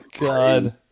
god